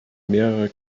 mehrere